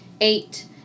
eight